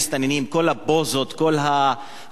כל ההפקה הטלוויזיונית הזאת,